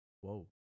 Whoa